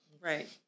Right